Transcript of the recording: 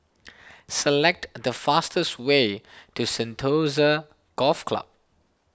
select the fastest way to Sentosa Golf Club